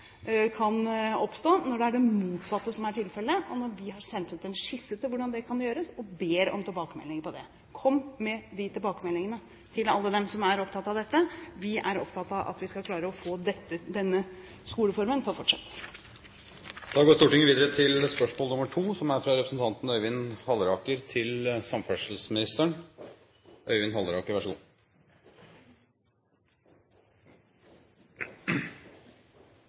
kan oppstå når det er det motsatte som er tilfellet, og når vi har sendt ut en skisse for hvordan det kan gjøres, og ber om tilbakemelding. Til alle dem som er opptatt av dette: Kom med de tilbakemeldingene! Vi er opptatt av at vi skal klare å få denne skoleformen til å fortsette. Jeg har følgende spørsmål: «Statens vegvesen har etter oppdrag fra Samferdselsdepartementet startet prosjektet «Ferjefri E39», et prosjekt som